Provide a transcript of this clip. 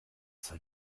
soll